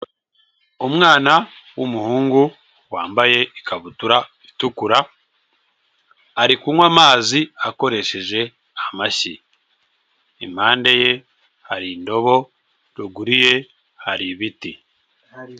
Umwana w'umuhungu wambaye ikabutura itukura, ari kunywa amazi akoresheje amashyi, impande ye hari indobo, ruguru ye hari ibiti.